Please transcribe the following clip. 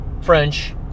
French